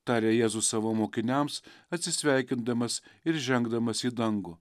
tarė jėzus savo mokiniams atsisveikindamas ir žengdamas į dangų